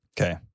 Okay